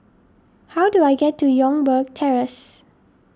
how do I get to Youngberg Terrace